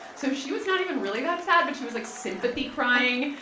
so she was not even really that sad but she was like sympathy crying.